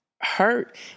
hurt